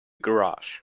garage